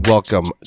Welcome